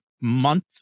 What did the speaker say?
month